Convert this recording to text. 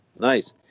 nice